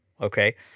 Okay